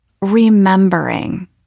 remembering